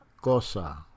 Cosa